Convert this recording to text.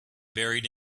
buried